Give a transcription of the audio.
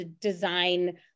design